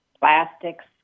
plastics